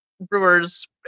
Brewer's